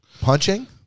Punching